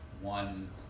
one